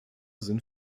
sind